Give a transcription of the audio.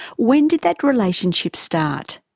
when did that relationship start?